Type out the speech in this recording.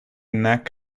neck